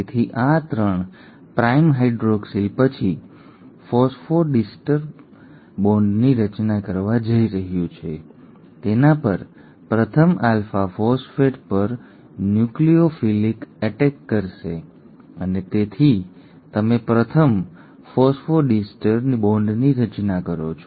તેથી આ 3 prime hydroxyl પછી ફોસ્ફોડિસ્ટર બોન્ડની રચના કરવા જઇ રહ્યું છે તેના પર પ્રથમ આલ્ફા ફોસ્ફેટ પર ન્યુક્લિઓફિલિક એટેક કરશે અને તેથી તમે પ્રથમ ફોસ્ફોડિસ્ટર બોન્ડની રચના કરો છો